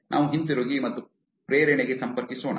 ನಾವು ಹಿಂತಿರುಗಿ ಮತ್ತು ಪ್ರೇರಣೆಗೆ ಸಂಪರ್ಕಿಸೋಣ